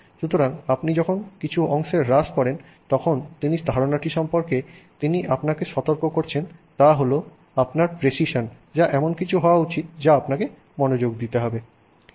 সুতরাং আপনি যখন কিছু অংশের হ্রাস করেন তখন তিনি ধারণাটি সম্পর্কে তিনি আপনাকে সতর্ক করেছেন তা হল আপনার প্রেসিসন যা এমন কিছু হওয়া উচিত যা আপনাকে মনোযোগ দিতে হবে